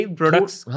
products